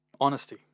honesty